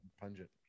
pungent